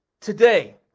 today